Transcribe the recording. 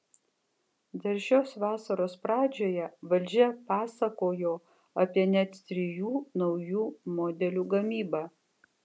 dar šios vasaros pradžioje valdžia pasakojo apie net trijų naujų modelių gamybą